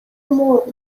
مرغ